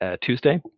Tuesday